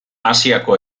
asiako